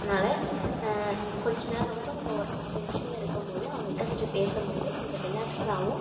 அதனால கொஞ்ச நேரம் ரொம்ப நம்ப ஒர்க் டென்ஷனில் இருக்கும் போது அவங்கள்கிட்ட கொஞ்சம் பேசும் போது கொஞ்சம் ரிலேக்ஸாகவும்